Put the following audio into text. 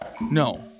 No